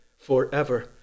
forever